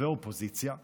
ואופוזיציה כאחת.